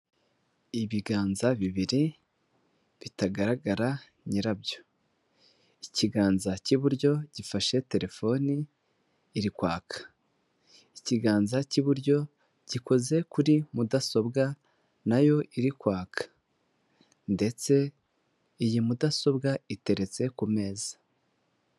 Ibiganza bibiri bitagaragara nyirabyo, ikiganza cy'iburyo gifashe telefoni iri kwaka, ikiganza cy'iburyo gikoze kuri mudasobwa nayo iri kwaka ndetse iyi mudasobwa iteretse ku meza.